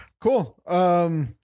cool